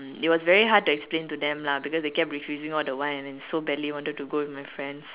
it was very hard to explain to them lah because they kept refusing all the while and I so badly wanted to go with my friends